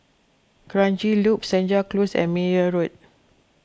Kranji Loop Senja Close and Meyer Road